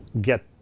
get